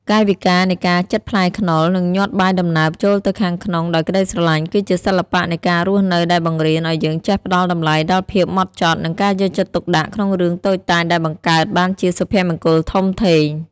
កាយវិការនៃការចិតផ្លែខ្នុរ និងញាត់បាយដំណើបចូលទៅខាងក្នុងដោយក្ដីស្រឡាញ់ គឺជាសិល្បៈនៃការរស់នៅដែលបង្រៀនឱ្យយើងចេះផ្ដល់តម្លៃដល់ភាពហ្មត់ចត់ និងការយកចិត្តទុកដាក់ក្នុងរឿងតូចតាចដែលបង្កើតបានជាសុភមង្គលធំធេង។